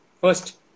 first